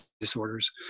disorders